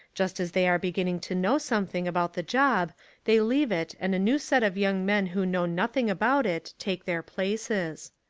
just as they are beginning to know something about the job they leave it and a new set of young men who know nothing about it take their places.